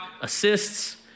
assists